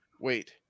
Wait